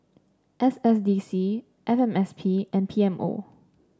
S S D C F M S P and P M O